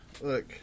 Look